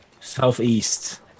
Southeast